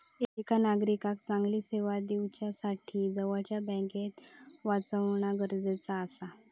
एका नागरिकाक चांगली सेवा दिवच्यासाठी जवळच्या बँकेक वाचवणा गरजेचा आसा